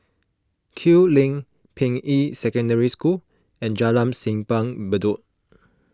Kew Lane Ping Yi Secondary School and Jalan Simpang Bedok